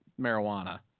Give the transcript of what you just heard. marijuana